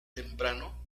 temprano